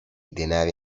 denari